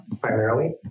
primarily